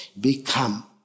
become